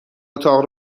اتاق